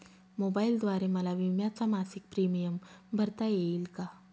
मोबाईलद्वारे मला विम्याचा मासिक प्रीमियम भरता येईल का?